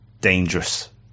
dangerous